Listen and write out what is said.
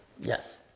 Yes